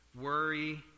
worry